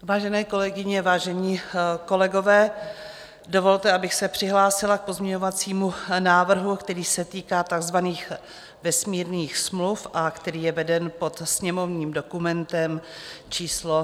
Vážené kolegyně, vážení kolegové, dovolte, abych se přihlásila k pozměňovacímu návrhu, který se týká takzvaných vesmírných smluv a který je veden pod sněmovním dokumentem číslo 1206.